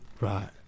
right